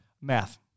Math